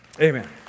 Amen